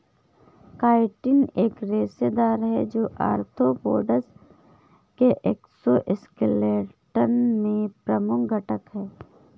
chitin एक रेशेदार है, जो आर्थ्रोपोड्स के एक्सोस्केलेटन में प्रमुख घटक है